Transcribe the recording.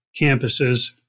campuses